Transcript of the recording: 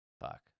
Fuck